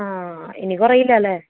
ആ ഇനി കുറയില്ലാല്ലേ